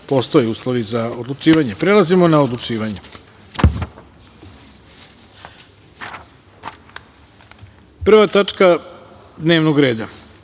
postoje uslovi za odlučivanje. Prelazimo na odlučivanje. Prva tačka dnevnog reda